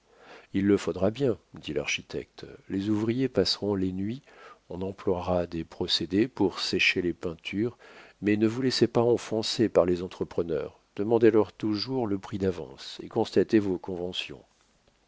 il le faudra bien dit l'architecte les ouvriers passeront les nuits on emploiera des procédés pour sécher les peintures mais ne vous laissez pas enfoncer par les entrepreneurs demandez-leur toujours le prix d'avance et constatez vos conventions